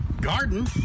Garden